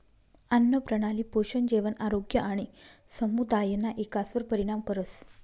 आन्नप्रणाली पोषण, जेवण, आरोग्य आणि समुदायना इकासवर परिणाम करस